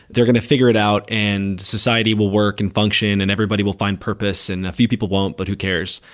they're going to figure it out and society will work and function and everybody will find purpose and a few people won't, but who cares?